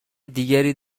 دیگری